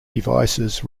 devices